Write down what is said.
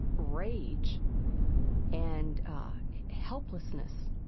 rage and helplessness,